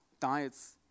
diets